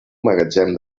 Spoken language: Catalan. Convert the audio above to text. magatzem